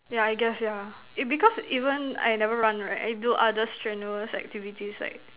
yeah I guess yeah it because even I never run right I do other strenuous activities like